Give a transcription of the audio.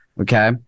okay